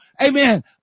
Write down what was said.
amen